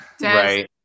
Right